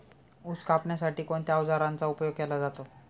ऊस कापण्यासाठी कोणत्या अवजारांचा उपयोग केला जातो?